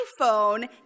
iPhone